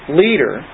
leader